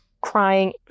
crying